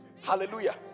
hallelujah